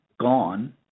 gone